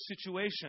situation